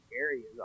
areas